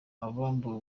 abambuwe